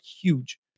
huge